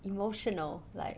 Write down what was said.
emotional like